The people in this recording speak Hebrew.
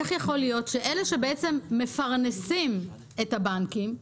איך יכול להיות שאלה שמפרנסים את הבנקים,